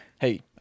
Hey